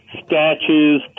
statues